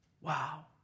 wow